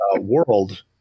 world